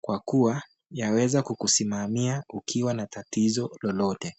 kwa kuwa yaweza kukusimamia ukiwa na tatizo lolote.